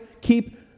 Keep